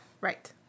Right